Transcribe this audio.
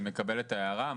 אני מקבל את ההערה,